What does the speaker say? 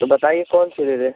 तो बताइए कौन सी दे दें